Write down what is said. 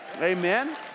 Amen